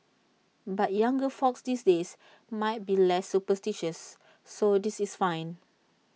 but younger folks these days might be less superstitious so this is fine